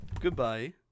Goodbye